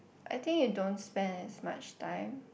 I think you don't spend as much time